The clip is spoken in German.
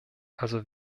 also